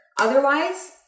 Otherwise